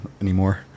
anymore